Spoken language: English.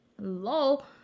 Lol